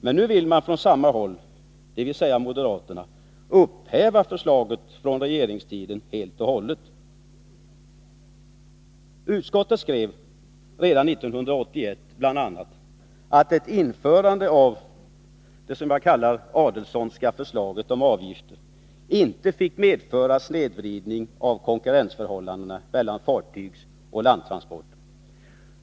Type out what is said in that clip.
Men nu vill man från moderaternas sida upphäva förslaget från regeringstiden helt och hållet. Utskottet skrev redan 1981 bl.a. att ett införande av avgifter enligt — som jag kallar det — det Adelsohnska förslaget inte fick medföra snedvridning av konkurrensförhållandena mellan fartygsoch landtransporter.